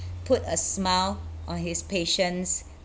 put a smile on his patient's